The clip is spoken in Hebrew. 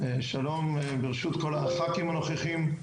שלום ברשות כל הח"כים הנוכחים,